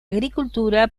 agricultura